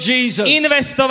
Jesus